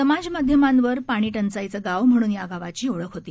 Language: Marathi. समानमाध्यमांवरपाणीटंचाईचंगावम्हणूनयागावाचीओळखहोती